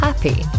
Happy